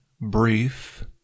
brief